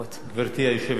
גברתי היושבת-ראש,